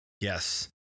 yes